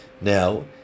Now